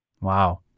Wow